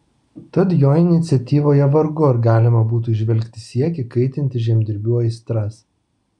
tad jo iniciatyvoje vargu ar galima būtų įžvelgti siekį kaitinti žemdirbių aistras